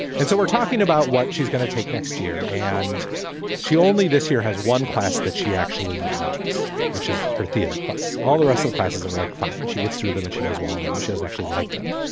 and so we're talking about what she's going to take next year. and she only this year has one class that she actually likes, which is her theater class. all the rest of the classes are like, fine. she gets through them and she does well in that michelle's and actually like them.